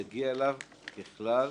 יגיע אליו, ככלל,